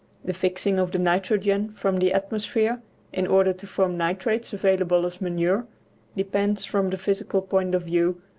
the fixing of the nitrogen from the atmosphere in order to form nitrates available as manure depends, from the physical point of view,